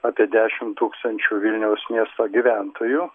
apie dešimt tūkstančių vilniaus miesto gyventojų